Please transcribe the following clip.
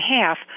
half